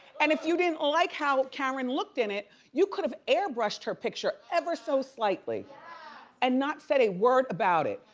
and if you didn't like how karen looked in it, you could have airbrushed her picture ever so slightly and not said a word about it.